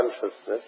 consciousness